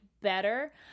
better